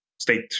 State